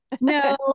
No